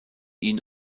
ihn